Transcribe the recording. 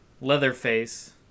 Leatherface